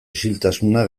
isiltasuna